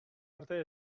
arte